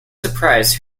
surprise